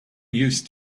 used